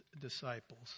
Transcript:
disciples